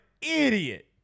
idiot